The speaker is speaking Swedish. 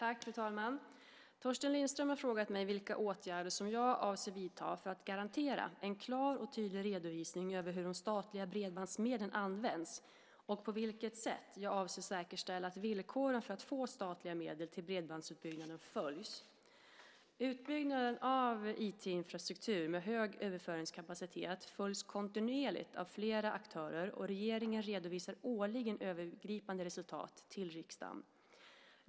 Fru talman! Torsten Lindström har frågat mig vilka åtgärder som jag avser att vidta för att garantera en klar och tydlig redovisning över hur de statliga bredbandsmedlen används och på vilket sätt jag avser att säkerställa att villkoren för att få statliga medel till bredbandsutbyggnad följs. Utbyggnaden av IT-infrastruktur med hög överföringskapacitet följs kontinuerligt av flera aktörer, och regeringen redovisar årligen övergripande resultat till riksdagen.